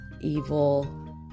evil